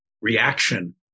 reaction